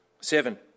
Seven